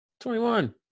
21